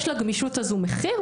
יש לגמישות הזו מחיר,